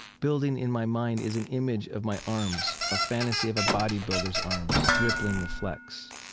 building in my mind is an image of my arms, a fantasy of a bodybuilder's arms rippling with flex.